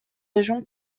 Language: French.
région